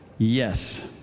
Yes